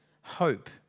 hope